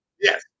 yes